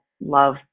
love